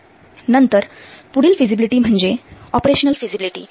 नंतर पुढील फिजिबिलिटी म्हणजे ऑपरेशनल फिजिबिलिटी